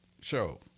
show